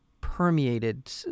permeated